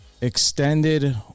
extended